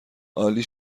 عالی